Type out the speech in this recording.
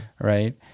right